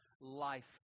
life